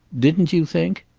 didn't you think?